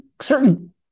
certain